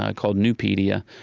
ah called nupedia,